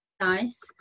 nice